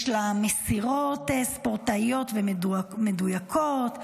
יש לה מסירות ספורטאיות ומדויקות.